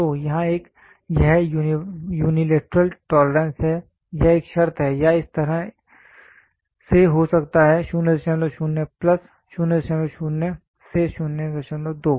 तो यहां यह यूनिलैटरल टोलरेंस है यह एक शर्त है या यह इस तरह से हो सकता है 00 प्लस 00 शून्य से 02